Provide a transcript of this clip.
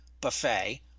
buffet